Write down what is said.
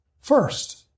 first